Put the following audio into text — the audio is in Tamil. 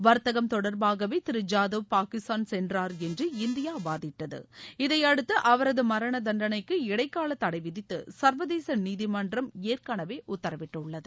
வர்த்தகம் தொடர்பாகவே திரு ஜாதவ் பாகிஸ்தான் சென்றார் என்று இந்தியா வாதிட்டது இதையடுத்து அவரது மரணதண்டனைக்கு இடைக்கால தடை விதித்து சர்வதேச நீதிமன்றம் ஏற்கெனவே உத்தரவிட்டுள்ளது